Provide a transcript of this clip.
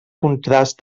contrast